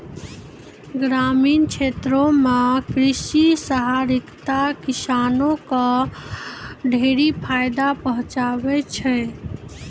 ग्रामीण क्षेत्रो म कृषि सहकारिता किसानो क ढेरी फायदा पहुंचाबै छै